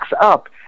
up